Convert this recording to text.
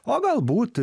o galbūt